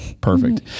Perfect